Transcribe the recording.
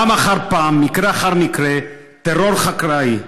פעם אחר פעם, מקרה אחר מקרה, טרור חקלאי.